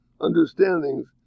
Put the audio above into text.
understandings